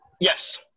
yes